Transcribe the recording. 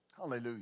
Hallelujah